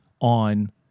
on